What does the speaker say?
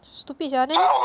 stupid sia then